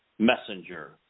messenger